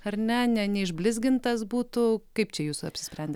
ar ne ne ne išblizgintas būtų kaip čia jūs apsisprendė